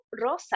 Rosa